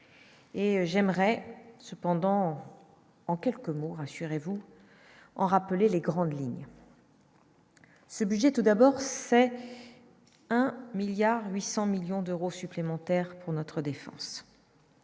Et j'aimerais cependant en quelques mots : rassurez vous en rappeler les grandes lignes. Ce budget, tout d'abord, c'est 1 milliard 800 millions d'euros supplémentaires pour notre défense,